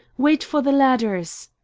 wait for the ladders!